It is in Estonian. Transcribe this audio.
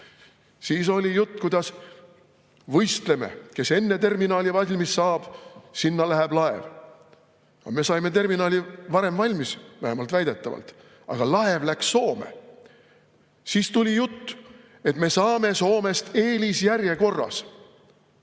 Siis oli jutt, kuidas me võistleme, kes enne terminali valmis saab, selle juurde läheb laev. Me saime terminali varem valmis, vähemalt väidetavalt, aga laev läks Soome. Siis tuli jutt, et me saame Soomest [gaasi] eelisjärjekorras,